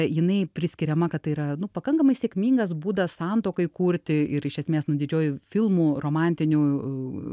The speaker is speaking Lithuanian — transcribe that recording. jinai priskiriama kad tai yra nu pakankamai sėkmingas būdas santuokai kurti ir iš esmės nu didžioji filmų romantinių